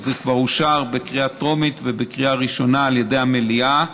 וזה כבר אושר בקריאה טרומית ובקריאה ראשונה על ידי המליאה,